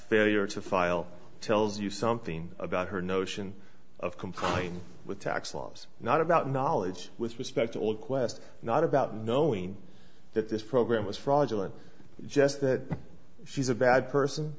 failure to file tells you something about her notion of complying with tax laws not about knowledge with respect to all quest not about knowing that this program was fraudulent just that she's a bad person